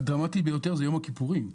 הדרמטי ביותר זה יום הכיפורים.